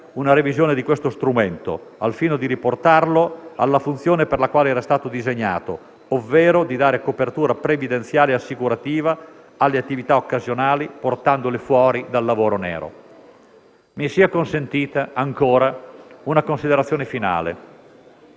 una revisione di questo strumento, al fine di riportarlo alla funzione per la quale era stato disegnato, ovvero di dare copertura previdenziale e assicurativa alle attività occasionali, portandole fuori dal lavoro nero. Mi sia consentita, ancora, una considerazione finale.